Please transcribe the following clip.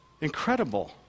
Incredible